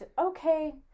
Okay